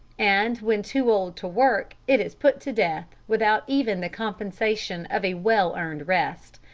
and when too old to work it is put to death without even the compensation of a well-earned rest.